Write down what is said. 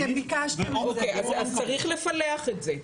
אז צריך לפלח את זה.